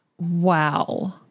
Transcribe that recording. Wow